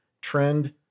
trend